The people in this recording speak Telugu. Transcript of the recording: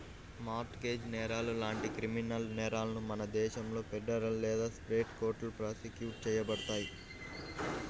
మార్ట్ గేజ్ నేరాలు లాంటి క్రిమినల్ నేరాలను మన దేశంలో ఫెడరల్ లేదా స్టేట్ కోర్టులో ప్రాసిక్యూట్ చేయబడతాయి